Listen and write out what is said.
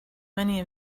many